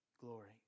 glory